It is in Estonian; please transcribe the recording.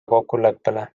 kokkuleppele